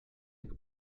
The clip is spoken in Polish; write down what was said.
jak